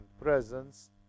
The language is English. presence